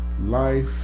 life